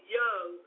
young